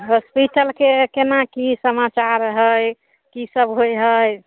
हॉस्पिटलके केना की समाचार है की सब होइ है